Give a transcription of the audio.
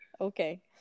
Okay